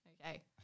okay